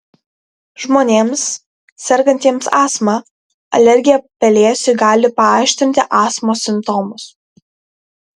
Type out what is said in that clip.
žmonėms sergantiems astma alergija pelėsiui gali paaštrinti astmos simptomus